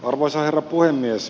arvoisa herra puhemies